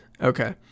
Okay